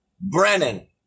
Brennan